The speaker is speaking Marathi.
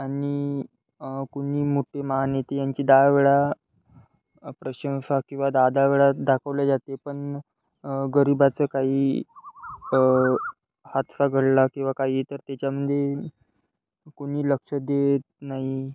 आणि कुणी मोठे महान नेते यांची दहा वेळा प्रशंसा किंवा दहा दहा वेळा दाखवल्या जाते पण गरीबाचं काही हादसा घडला किंवा काही तर त्याच्यामध्ये कुणी लक्ष देत नाही